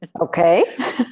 Okay